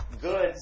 goods